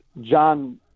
John